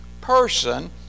person